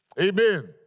Amen